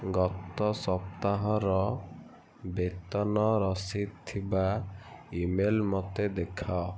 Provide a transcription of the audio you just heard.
ଗତ ସପ୍ତାହର ବେତନ ରସିଦ ଥିବା ଇମେଲ୍ ମୋତେ ଦେଖାଅ